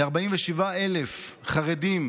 כ-47,000 חרדים,